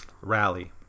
rally